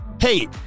Hey